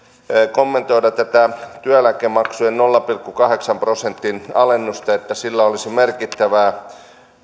kommentoida tätä työeläkemaksujen nolla pilkku kahdeksan prosentin alennusta ja sitä että sillä olisi merkittävää